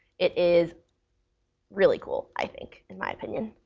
it is really cool, i think, in my opinion.